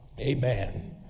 Amen